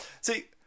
See